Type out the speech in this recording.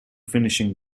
finishing